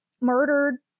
murdered